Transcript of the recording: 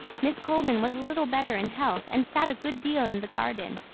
miss coleman was a little better in health, and sat a good deal in the garden.